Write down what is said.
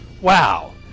Wow